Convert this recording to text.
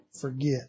forget